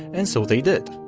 and so they did.